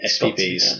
SPBs